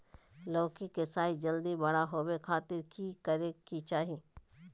लौकी के साइज जल्दी बड़ा होबे खातिर की करे के चाही?